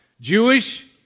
Jewish